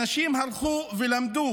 אנשים הלכו ולמדו.